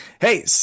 Hey